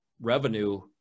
revenue